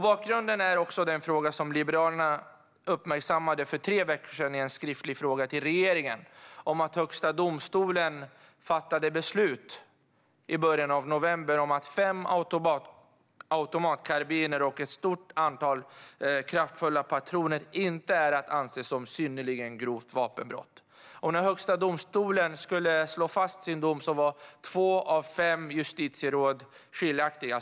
Bakgrunden är den fråga som Liberalerna uppmärksammade för tre veckor sedan i en skriftlig fråga till regeringen: Högsta domstolen fattade beslut i början av november om att innehav av fem automatkarbiner och ett stort antal kraftfulla patroner inte är att anse som synnerligen grovt vapenbrott. När Högsta domstolen skulle slå fast sin dom var två av fem justitieråd skiljaktiga.